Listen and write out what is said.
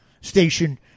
station